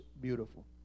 beautiful